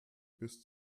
bis